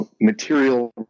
material